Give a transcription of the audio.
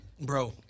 Bro